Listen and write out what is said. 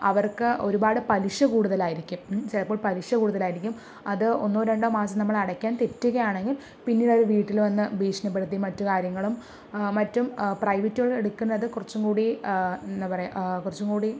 അവർക്ക് ഒരുപാട് പലിശ കൂടുതലായിരിക്കും ചിലപ്പോൾ പലിശ കൂടുതലായിരിക്കും അത് ഒന്നോ രണ്ടോ മാസം നമ്മൾ അടയ്ക്കാൻ തെറ്റുകയാണെങ്കിൽ പിന്നീട് അവർ വീട്ടിൽ വന്ന് ഭീഷണിപ്പെടുത്തി മറ്റു കാര്യങ്ങളും മറ്റും പ്രൈവറ്റുകൾ എടുക്കുന്നത് കുറച്ചും കൂടി എന്താ പറയുക കുറച്ചും കൂടി